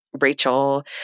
Rachel